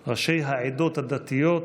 בתי הסוהר רב-גונדר קטי פרי,